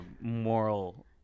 moral